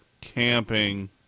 camping